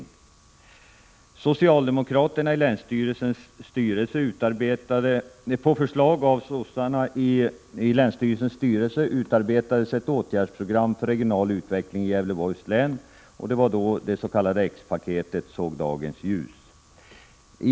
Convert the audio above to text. På socialdemokratiskt initiativ i länsstyrelsens styrelse utarbetades ett åtgärdsprogram för regional utveckling i Gävleborgs län. Det s.k. X-paketet såg dagens ljus.